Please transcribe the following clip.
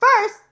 First